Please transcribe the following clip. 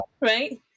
right